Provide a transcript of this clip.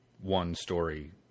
one-story